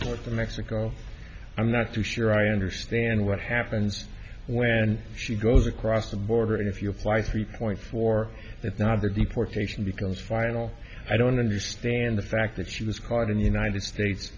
forth from mexico i'm not too sure i understand what happens when she goes across the border and if you fly three point four that's not her deportation because final i don't understand the fact that she was caught in the united states